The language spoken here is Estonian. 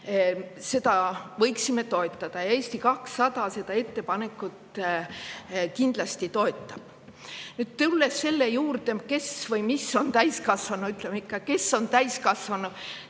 Seda võiksime toetada ja Eesti 200 seda ettepanekut kindlasti toetab. Nüüd, kui tulla selle juurde, kes või mis on täiskasvanu – ütleme, kes on täiskasvanu